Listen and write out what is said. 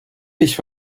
ich